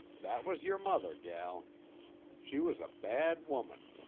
that was yer mother, gel she was a bad woman.